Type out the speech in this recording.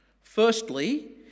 Firstly